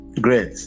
great